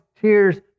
tears